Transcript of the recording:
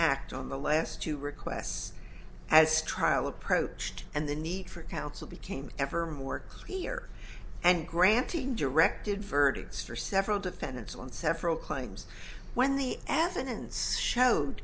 act on the last two requests as trial approached and the need for counsel became ever more clear and granting directed verdict store several defendants on several claims when the evidence showed